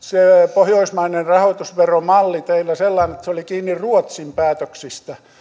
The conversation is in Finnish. pohjoismainen rahoitusveromalli oli teillä sellainen että se oli kiinni ruotsin päätöksistä